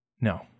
No